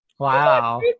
Wow